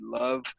love